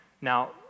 Now